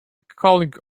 colleague